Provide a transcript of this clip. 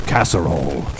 Casserole